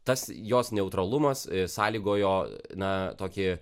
tas jos neutralumas sąlygojo na tokį